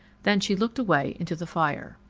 then she looked away into the fire.